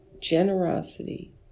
generosity